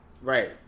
right